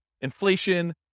inflation